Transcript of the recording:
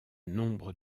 nombre